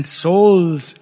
souls